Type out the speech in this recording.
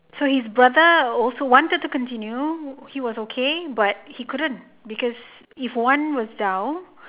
so his brother also wanted to continue he was okay but he couldn't because if one was down